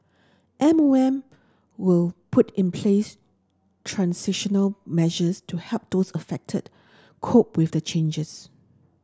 M O M will put in place transitional measures to help those affected cope with the changes